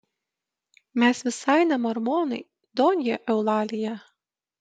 mes visai ne mormonai donja eulalija